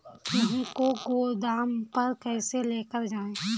गेहूँ को गोदाम पर कैसे लेकर जाएँ?